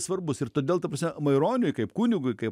svarbus ir todėl ta prasme maironiui kaip kunigui kaip